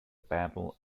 battle